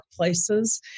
workplaces